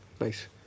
Nice